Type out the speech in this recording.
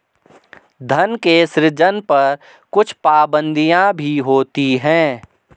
धन के सृजन पर कुछ पाबंदियाँ भी होती हैं